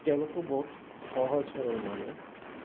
তেওঁলোকো বহুত সহজ সৰল মানুহ